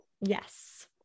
Yes